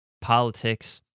politics